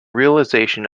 realization